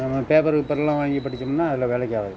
நம்ம பேப்பரு கீப்பர்லாம் வாங்கி படிச்சோம்னா அதில் வேலைக்கு ஆகாது